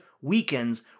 weakens